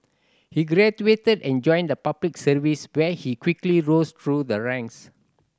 he graduated and joined the Public Service where he quickly rose through the ranks